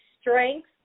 strength